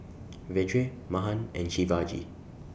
Vedre Mahan and Shivaji